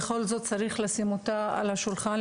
בכל זאת צריך לשים אותה על השולחן,